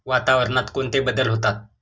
वातावरणात कोणते बदल होतात?